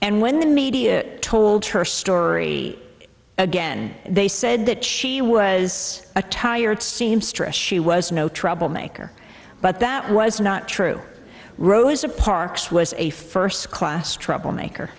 and when the media told her story again they said that she was a tired seem stress she was no trouble maker but that was not true rosa parks was a first class troublemaker